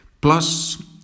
plus